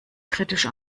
kritisch